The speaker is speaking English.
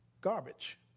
garbage